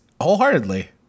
Wholeheartedly